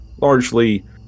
largely